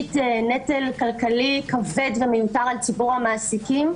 שהשית נטל כלכלי כבד ומיותר על ציבור המעסיקים,